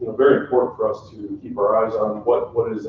ah very important for us to keep our eyes on. what what